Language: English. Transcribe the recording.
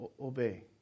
obey